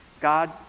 God